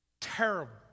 terrible